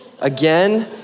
again